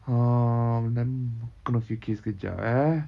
um dalam aku kena fikir sekejap eh